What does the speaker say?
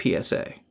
PSA